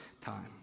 time